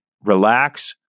relax